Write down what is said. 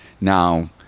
Now